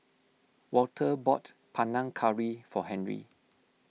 Walter bought Panang Curry for Henry